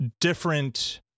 different